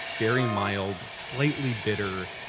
very mild, slightly bitter,